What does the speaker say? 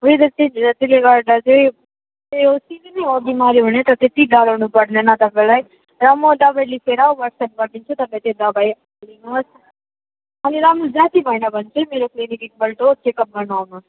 weather change हुँदा त्यसले गर्दा त त्यही हो सिजन हो बिमारी हुने तर त्यति डराउनु पर्दैन तपाईँलाई र म दबाई लेखेर वाट्सएप गरिदिन्छु तपाईँ त्यो दबाई लिनु होस् अनि राम्रो जाती भएन भने चाहिँ मेरो क्लिनिक एक पल्ट चेक अप गर्नु आउनु होस्